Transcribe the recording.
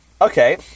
Okay